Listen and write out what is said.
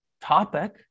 topic